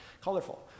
Colorful